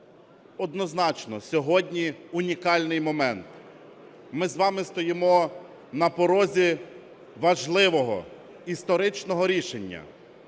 Однозначно сьогодні унікальний момент. Ми з вами стоїмо на порозі важливого історичного рішення.